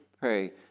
pray